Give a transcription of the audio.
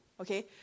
okay